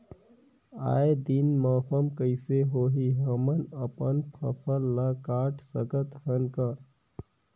आय दिन मौसम कइसे होही, हमन अपन फसल ल काट सकत हन का?